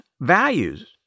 Values